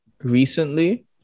recently